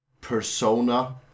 persona